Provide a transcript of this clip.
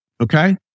okay